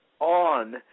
on